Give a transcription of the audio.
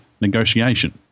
Negotiation